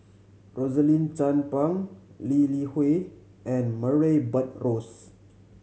Rosaline Chan Pang Lee Li Hui and Murray Buttrose